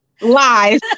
lies